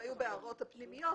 הם היו בהערות הפנימיות.